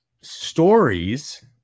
stories